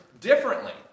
differently